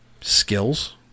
skills